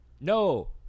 No